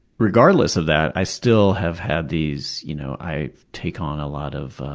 regardless of that, i still have had these you know i take on a lot of